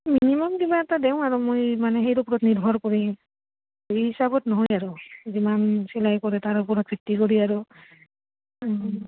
minimum কিবা এটা দেওঁ আৰু মই মানে সেই ওপৰত নিৰ্ভৰ কৰিম সেই হিচাপত নহয় আৰু যিমান চিলাই কৰে তাৰ ওপৰত ভিত্তি কৰি আৰু